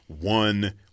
one